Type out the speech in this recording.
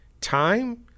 time